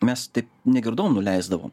mes taip negirdom nuleisdavom